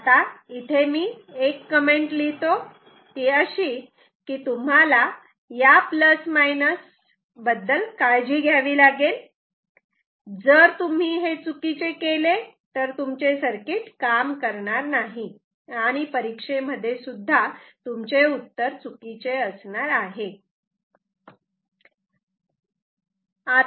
आता इथे मी एक कमेंट लिहितो ती अशी की तुम्हाला या प्लस मायनस बद्दल काळजी घ्यावी लागेल जर तुम्ही हे चुकीचे केले तर तुमचे सर्किट काम करणार नाही आणि परीक्षेमध्ये सुद्धा तुमचे उत्तर चुकीचे असणार आहे